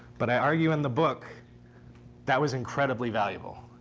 but i argue in the book that was incredibly valuable.